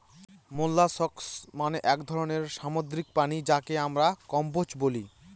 molluscs মানে এক ধরনের সামুদ্রিক প্রাণী যাকে আমরা কম্বোজ বলি